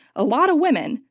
a lot of women,